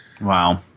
Wow